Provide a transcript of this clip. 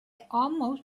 almost